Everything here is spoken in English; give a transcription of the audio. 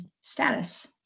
status